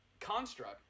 construct